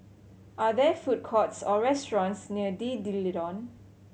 are there food courts or restaurants near D D'Leedon